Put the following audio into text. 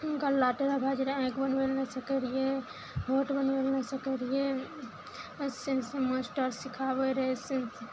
हुनकर लाटे भए जाइ रहय आँख बनबय लए नहि सकय रहियइ होठ बनबय लए नहि सकय रहियइ मास्टर सिखाबय रहय